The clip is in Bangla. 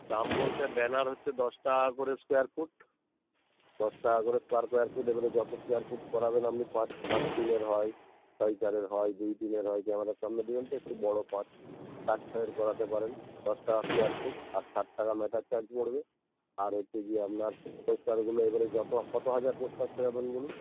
দাম বলতে ব্যানার হচ্ছে দশ টাকা করে স্কোয়ার ফুট দশ টাকা করে স্কোয়ার স্কোয়ার ফুট এবারে যত স্কোয়ার ফুট করাবেন আমনি পাঁচ পাঁচ তিনের হয় ছয় চারের হয় দুই তিনের হয় দেওয়ালের সামনে দিবেন তো একটু বড়ো পাঁচ পাঁচ ছয়ের করাতে পারেন দশ টাকা স্কোয়ার ফুট আর সাত টাকা ম্যাটার চার্জ পড়বে আর হচ্ছে গিয়ে আপনার পোস্টারগুলো এবারে যত কত হাজার পোস্টার করাবেন বলুন